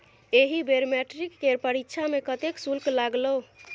एहि बेर मैट्रिक केर परीक्षा मे कतेक शुल्क लागलौ?